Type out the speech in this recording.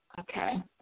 Okay